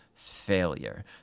failure